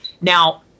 Now